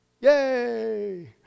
Yay